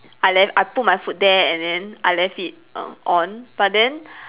I left I put my food there and then I left it err on but then